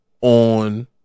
on